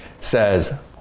says